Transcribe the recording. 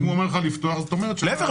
אם הוא אמר לך לפתוח, זאת אומרת --- להפך.